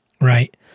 Right